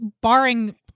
barring